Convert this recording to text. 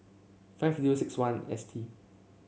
five zero six one S T